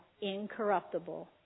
incorruptible